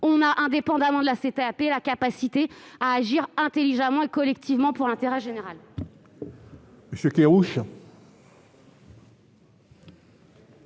aura, indépendamment de la CTAP, la capacité à agir intelligemment et collectivement pour l'intérêt général.